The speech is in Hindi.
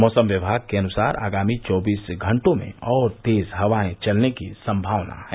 मौसम विभाग के अनुसार आगामी चौबीस घंटों में और तेज हवाएं चलने की संभावना है